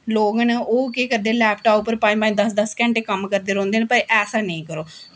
लोग न ओह् केह् करदे लैपटाप पर पंज पंज दस दस घैंटे कम्म करदे रौंह्दे पर ऐसा नेईं करो